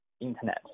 internet